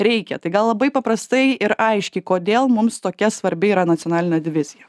reikia tai gal labai paprastai ir aiškiai kodėl mums tokia svarbi yra nacionalinė divizija